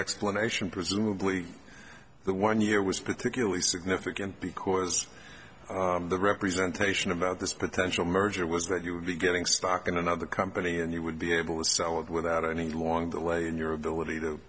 explanation presumably the one year was particularly significant because the representation about this potential merger was that you would be getting stock in another company and you would be able to sell it without any long the way in your ability to